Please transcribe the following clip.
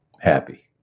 happy